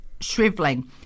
shriveling